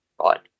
right